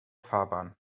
fahrbahn